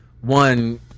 one